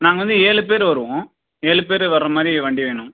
நாங்கள் வந்து ஏழு பேர் வருவோம் ஏழுபேர் வரமாதிரி வண்டி வேணும்